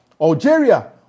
Algeria